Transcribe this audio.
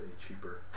cheaper